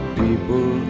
people